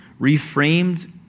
reframed